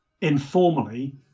informally